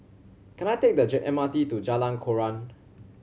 can I take the J M R T to Jalan Koran